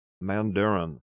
Mandarin